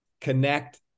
connect